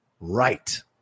right